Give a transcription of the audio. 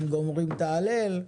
הם גומרים את ההלל,